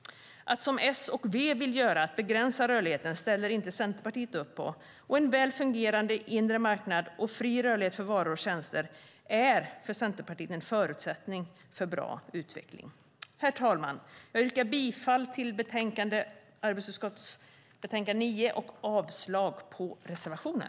Att, som S och V vill göra, begränsa rörligheten ställer inte Centerpartiet upp på. En väl fungerande inre marknad och fri rörlighet för varor och tjänster är för Centerpartiet en förutsättning för en bra utveckling. Herr talman! Jag yrkar bifall till förslaget i arbetsmarknadsutskottets betänkande 9 och avslag på reservationen.